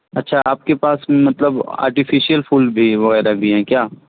اچھا آپ کے پاس مطلب آرٹیفیشیل پھول بھی وغیرہ بھی ہیں کیا